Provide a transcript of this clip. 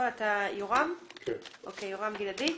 יורם גלעדי.